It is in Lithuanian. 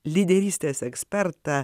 lyderystės ekspertą